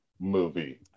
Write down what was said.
movie